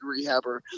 rehabber